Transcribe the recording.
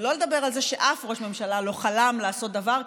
לא לדבר על זה שאף ראש ממשלה לא חלם לעשות דבר כזה,